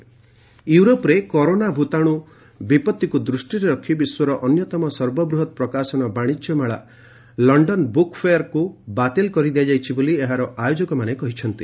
UK book fair ୟୁରୋପରେ corona ଭୂତାଣୁ ବିପଭିକୁ ଦୃଷ୍ଟିରେ ରଖି ବିଶ୍ୱର ଅନ୍ୟତମ ସର୍ବବୃହତ ପ୍ରକାଶନ ବାଣିଜ୍ୟ ମେଳା 'ଲଣ୍ଡନ ବୁକ୍ ଫେୟାର୍'କୁ ବାତିଲ କରିଦିଆଯାଇଛି ବୋଲି ଏହାର ଆୟୋଜକମାନେ କହିଛନ୍ତି